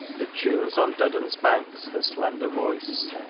that tunes on duddon's banks her slender voice.